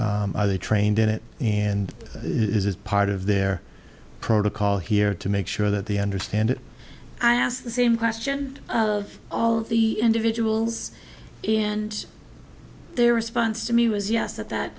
are they trained in it and is it part of their protocol here to make sure that they understand it i ask the same question of all the individuals and their response to me was yes that that